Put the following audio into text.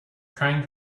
trying